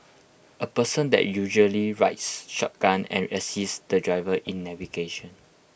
A person that usually rides shotgun and assists the driver in navigation